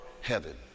heaven